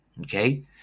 okay